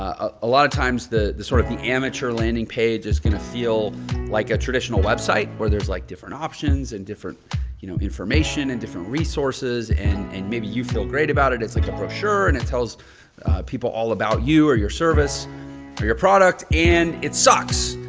ah a lot of times the the sort of the amateur landing page is going to feel like a traditional website where there's like different options and different you know information and different resources. and and maybe you feel great about it. it's like a brochure and it tells people all about you or your service or your product. and it sucks.